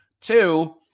two